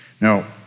Now